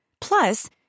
Plus